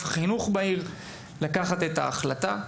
החינוך בעיר את הסמכות לקחת את ההחלטה?